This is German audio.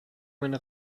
meine